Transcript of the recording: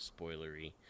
spoilery